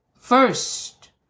first